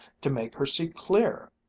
to make her see clear!